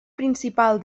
principal